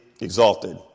exalted